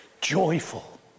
joyful